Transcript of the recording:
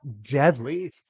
deadly